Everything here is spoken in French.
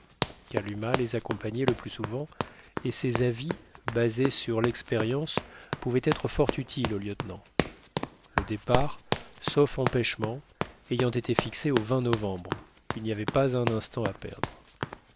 kalumah les accompagnait le plus souvent et ses avis basés sur l'expérience pouvaient être fort utiles au lieutenant le départ sauf empêchement ayant été fixé au novembre il n'y avait pas un instant à perdre